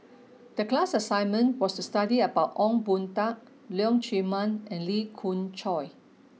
the class assignment was to study about Ong Boon Tat Leong Chee Mun and Lee Khoon Choy